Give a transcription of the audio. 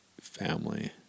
family